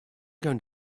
going